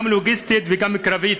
אלא גם לוגיסטית וגם קרבית.